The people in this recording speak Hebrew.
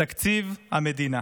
תקציב המדינה.